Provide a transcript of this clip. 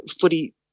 footy –